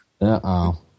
Uh-oh